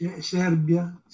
Serbia